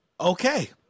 Okay